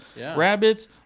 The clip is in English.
rabbits